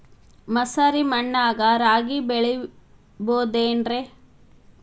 ಮಸಾರಿ ಮಣ್ಣಾಗ ರಾಗಿ ಬೆಳಿಬೊದೇನ್ರೇ?